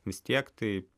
vis tiek tai